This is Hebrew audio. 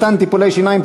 מתן טיפולי שיניים,